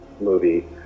movie